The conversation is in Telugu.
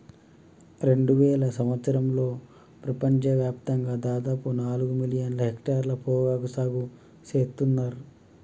రెండువేల సంవత్సరంలో ప్రపంచ వ్యాప్తంగా దాదాపు నాలుగు మిలియన్ల హెక్టర్ల పొగాకు సాగు సేత్తున్నర్